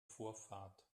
vorfahrt